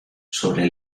sobre